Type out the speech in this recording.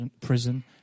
prison